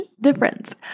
difference